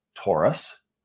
Taurus